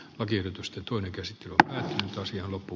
agilitystä toinen käsi ja sosiologi